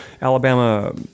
Alabama